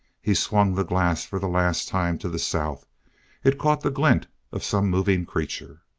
he swung the glass for the last time to the south it caught the glint of some moving creature.